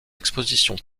expositions